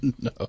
no